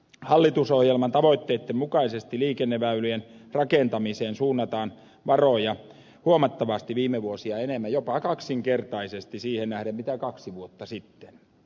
hallitusohjelman tavoitteitten mukaisesti liikenneväylien rakentamiseen suunnataan varoja huomattavasti viime vuosia enemmän jopa kaksinkertaisesti siihen nähden mitä kaksi vuotta sitten